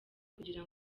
kugira